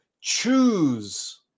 choose